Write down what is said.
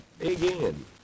again